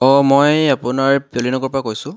অঁ মই আপোনাৰ তেলী নগৰৰ পৰা কৈছোঁ